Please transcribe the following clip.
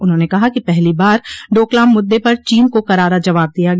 उन्होंने कहा कि पहली बार डोकलाम मुद्दे पर चीन को करारा जवाब दिया गया